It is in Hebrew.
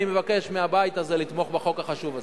אני מבקש מהבית הזה לתמוך בחוק החשוב הזה.